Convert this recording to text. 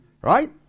Right